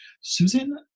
susan